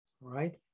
right